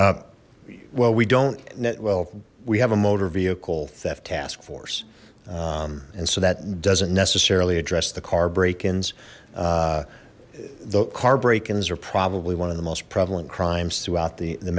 well we don't net well we have a motor vehicle theft task force and so that doesn't necessarily address the car break ins the car break ins are probably one of the most prevalent crimes throughout the